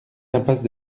impasse